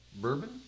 bourbon